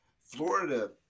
florida